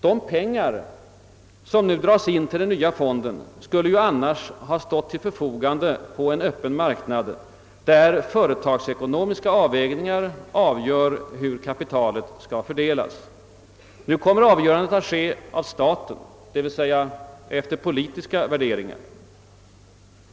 De pengar som nu dras in till den nya fonden skulle ju annars ha stått till förfogande på en öppen marknad, där företagsekonomiska avvägningar avgör hur kapitalet skall fördelas. Nu kommer avgörandet att ske av staten, d.v.s. efter politiska värderingar.